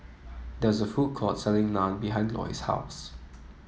there is a food court selling Naan behind Loy's house